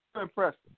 impressive